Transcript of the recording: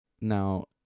Now